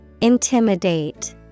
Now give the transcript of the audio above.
intimidate